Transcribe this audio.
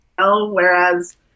whereas